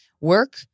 work